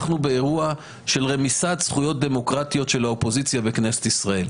אנחנו באירוע של רמיסת זכויות דמוקרטיות של האופוזיציה בכנסת ישראל.